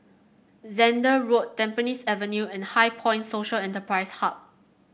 Zehnder Road Tampines Avenue and HighPoint Social Enterprise Hub